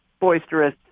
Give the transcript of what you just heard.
Boisterous